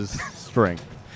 strength